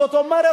זאת אומרת,